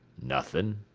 nothing.